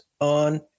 on